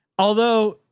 although,